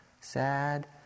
sad